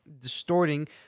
distorting